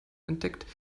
entdeckt